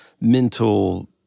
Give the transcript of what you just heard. mental